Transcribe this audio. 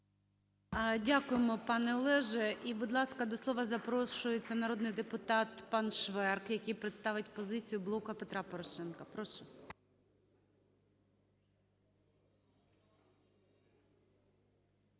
Дякуємо, пане Олегу. І, будь ласка, до слова запрошується народний депутат пан Шверк, який представить позицію "Блоку Петра Порошенка". Прошу.